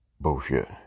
bullshit